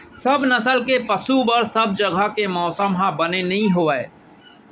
सब नसल के पसु बर सब जघा के मौसम ह बने नइ होवय